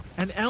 and allan